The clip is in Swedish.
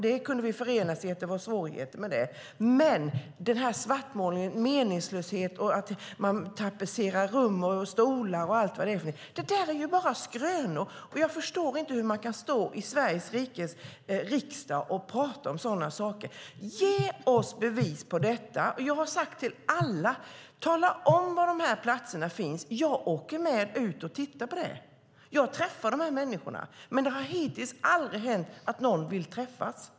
Vi kunde förenas i att det var svårigheter med det. Men svartmålningen - att det är meningslöst, att man tapetserar rum och stolar och annat - är ju bara skrönor! Jag förstår inte hur man kan stå här i riksdagen och prata om sådant. Ge oss bevis på detta! Jag har sagt till alla: Tala om var dessa platser finns! Jag åker med ut och tittar på dem. Jag träffar de här människorna. Men hittills har det aldrig hänt att någon vill träffas.